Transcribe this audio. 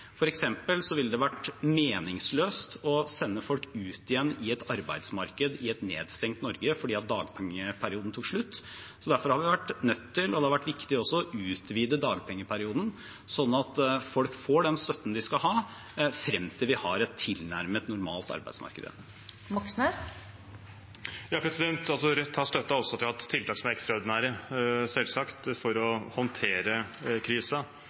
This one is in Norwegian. ville det vært meningsløst å sende folk ut igjen i et arbeidsmarked i et nedstengt Norge fordi dagpengeperioden tok slutt. Derfor har vi vært nødt til, og det har vært viktig, å utvide dagpengeperioden, slik at folk får den støtten de skal ha frem til vi har et tilnærmet normalt arbeidsmarked igjen. Bjørnar Moxnes – til oppfølgingsspørsmål. Rødt har også støttet at vi har tiltak som er ekstraordinære – selvsagt – for å håndtere